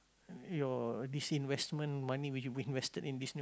your this investment money which you invested in this new